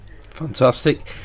Fantastic